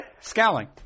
Scowling